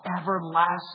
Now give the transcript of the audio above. everlasting